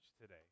today